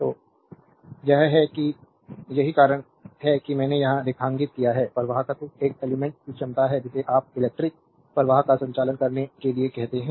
तो यह है कि यही कारण है कि मैंने यहाँ रेखांकित किया है प्रवाहकत्त्व एक एलिमेंट्स की क्षमता है जिसे आप इलेक्ट्रिक प्रवाह का संचालन करने के लिए कहते हैं